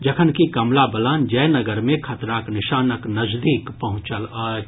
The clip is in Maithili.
जखनकि कमला बलान जयनगर मे खतराक निशानक नजदीक पहुंचल अछि